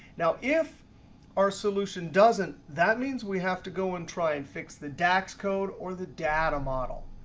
now, if our solution doesn't, that means we have to go and try and fix the dax code or the data model.